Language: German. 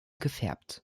gefärbt